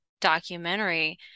documentary